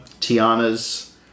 Tiana's